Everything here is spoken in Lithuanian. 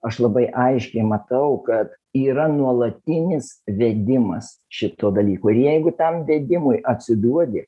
aš labai aiškiai matau kad yra nuolatinis vedimas šito dalyko ir jeigu tam vedimui atsiduodi